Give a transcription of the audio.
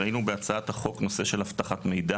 ראינו בהצעת החוק נושא של אבטחת מידע.